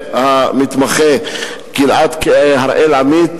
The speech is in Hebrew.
ולמתמחה הראל עמית,